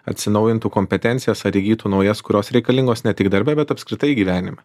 atsinaujintų kompetencijas ar įgytų naujas kurios reikalingos ne tik darbe bet apskritai gyvenime